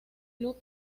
club